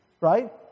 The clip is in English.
right